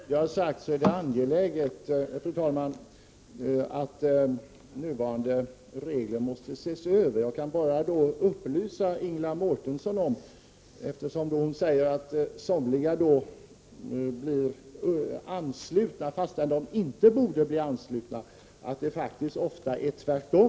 Fru talman! Som jag tidigare sagt är det angeläget att nuvarande regler ses över. Jag kan bara upplysa Ingela Mårtensson om, eftersom hon säger att somliga blir anslutna fastän de inte borde bli det, att det faktiskt ofta är tvärtom.